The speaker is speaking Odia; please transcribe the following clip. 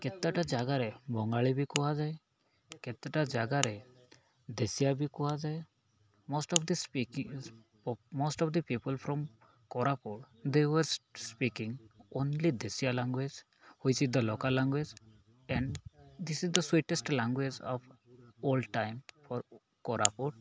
କେତେଟା ଜାଗାରେ ବଙ୍ଗାଳୀ ବି କୁହାଯାଏ କେତେଟା ଜାଗାରେ ଦେଶିଆ ବି କୁହାଯାଏ most of the speaking most of the people from Koraput they were speaking only Desia language which is the local language and this is the sweetest language of all time for Koraput